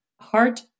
heart